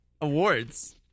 Awards